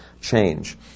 change